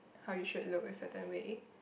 how you should look a certain way